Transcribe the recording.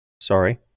Sorry